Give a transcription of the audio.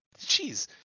jeez